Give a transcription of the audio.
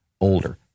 older